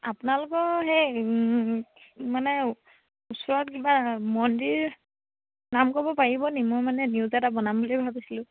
আপোনালোকৰ সেই মানে ওচৰত কিবা মন্দিৰ নাম ক'ব পাৰিবনি মই মানে নিউজ এটা বনাম বুলি ভাবিছিলোঁ